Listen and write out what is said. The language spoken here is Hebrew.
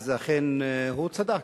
אז אכן הוא צדק.